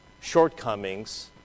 shortcomings